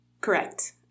Correct